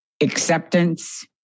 acceptance